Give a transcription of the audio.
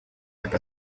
like